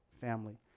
family